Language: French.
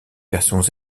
versions